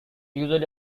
usually